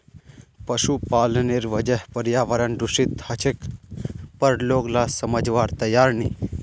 पशुपालनेर वजह पर्यावरण दूषित ह छेक पर लोग ला समझवार तैयार नी